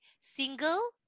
single